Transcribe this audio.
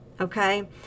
Okay